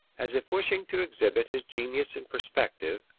as if wishing to exhibit his genius in perspective,